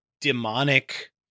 demonic